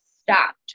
stopped